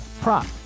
prop